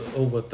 over